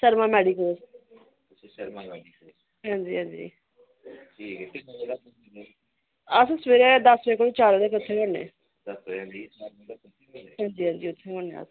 Sharma medicos अच्छा Sharma medicos हां जी अस सवेरै दस बज़े तों चार बज़े तक उत्थें गै होन्ने हां जी हांजी उत्थें गै होन्ने अस